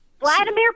vladimir